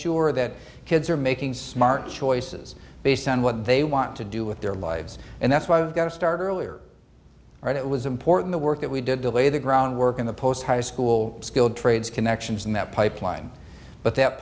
sure that kids are making smart choices based on what they want to do with their lives and that's why i've got to start earlier right it was important the work that we did to lay the groundwork in the post high school skilled trades connections and that pipeline but that